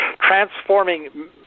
transforming